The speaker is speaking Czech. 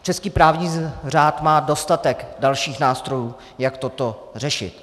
Český právní řád má dostatek dalších nástrojů, jak toto řešit.